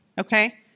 okay